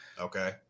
Okay